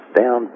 down